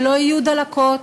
שלא יהיו דלקות.